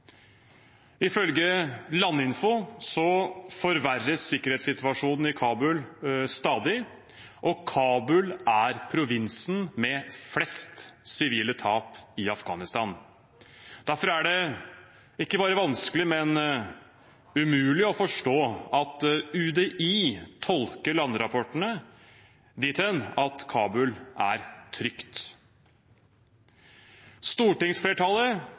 Ifølge Landinfo forverres sikkerhetssituasjonen i Kabul stadig, og Kabul er provinsen med flest sivile tap i Afghanistan. Derfor er det ikke bare vanskelig, men umulig å forstå at UDI tolker landrapportene dit hen at Kabul er trygt. Stortingsflertallet